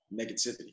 negativity